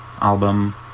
album